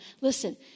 Listen